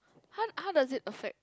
how how does it affect